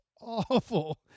awful